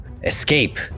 escape